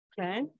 Okay